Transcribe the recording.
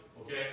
Okay